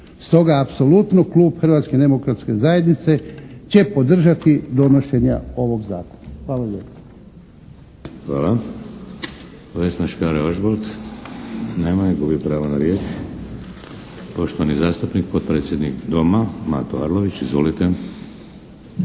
Stoga apsolutno klub Hrvatske demokratske zajednice će podržati donošenje ovog zakona. Hvala lijepo. **Šeks, Vladimir (HDZ)** Hvala. Vesna Škare-Ožbolt. Nema je. Gubi pravo na riječ. Poštovani zastupnik, potpredsjednik Doma Matro Arlović, izvolite.